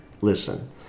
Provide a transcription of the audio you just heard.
listen